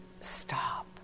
stop